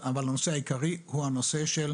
אבל הנושא העיקרי הוא הנושא של